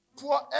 Pour